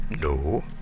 no